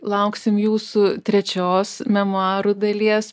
lauksim jūsų trečios memuarų dalies